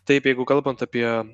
taip jeigu kalbant apie